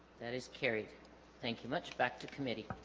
that is kerry thank you much back to committee